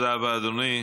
תודה רבה, אדוני.